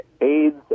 AIDS